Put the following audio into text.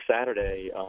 Saturday